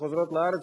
שחוזרים לארץ,